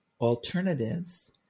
alternatives